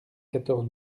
quatorze